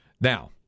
Now